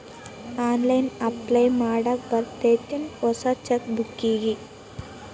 online apply ಮಾಡಾಕ್ ಬರತ್ತೇನ್ ಹೊಸ ಚೆಕ್ ಬುಕ್ಕಿಗಿ